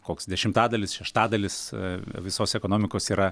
koks dešimtadalis šeštadalis visos ekonomikos yra